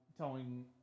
Telling